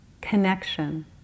connection